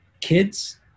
kids